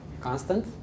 Constant